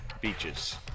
Beaches